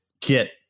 get